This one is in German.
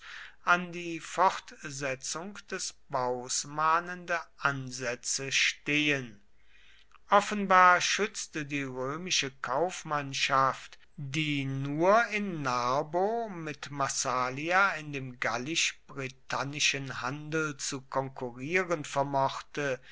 an die fortsetzung des baus mahnende ansätze stehen offenbar schützte die römische kaufmannschaft die nur in narbo mit massalia in dem gallisch britannischen handel zu konkurrieren vermochte